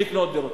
לקנות דירות.